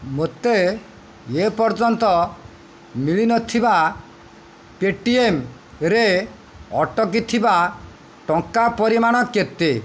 ମୋତେ ଏ ପର୍ଯ୍ୟନ୍ତ ମିଳିନଥିବା ପେଟିଏମ୍ରେ ଅଟକି ଥିବା ଟଙ୍କା ପରିମାଣ କେତେ